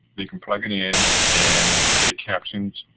they can plug it in and get captions,